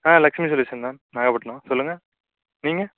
ஆ Lakshmi solution தான் நாகப்பட்டினம் சொல்லுங்கள் நீங்கள்